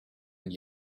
and